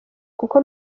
kuko